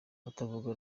abatavuga